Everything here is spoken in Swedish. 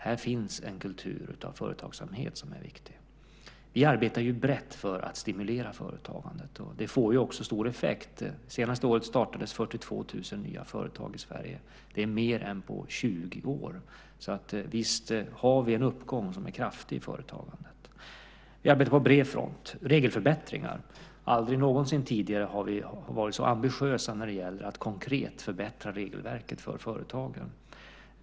Här finns en kultur av företagsamhet som är viktig. Vi arbetar brett för att stimulera företagandet. Det får också stor effekt. Det senaste året startades 42 000 nya företag i Sverige. Det är mer än på 20 år. Visst har vi en uppgång som är kraftig i företagandet. Vi arbetar på bred front. Det handlar om regelförbättringar. Aldrig någonsin tidigare har vi varit så ambitiösa när det gäller att konkret förbättra regelverket för företagen.